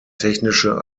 technische